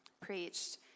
preached